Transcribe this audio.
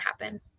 happen